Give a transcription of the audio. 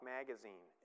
Magazine